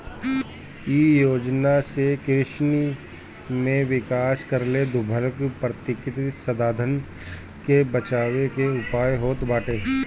इ योजना से कृषि में विकास करके दुर्लभ प्राकृतिक संसाधन के बचावे के उयाय होत बाटे